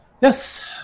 Yes